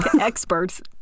experts